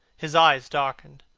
his eyes darkened,